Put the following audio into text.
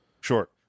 Sure